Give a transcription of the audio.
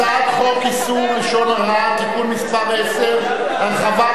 הצעת חוק איסור לשון הרע (תיקון מס' 10) (הרחבת